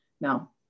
Now